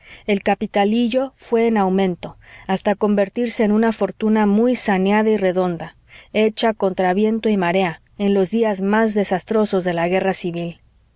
el capitalillo fué en aumento hasta convertirse en una fortuna muy saneada y redonda hecha contra viento y marea en los días más desastrosos de la guerra civil